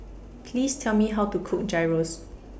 Please Tell Me How to Cook Gyros